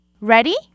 Ready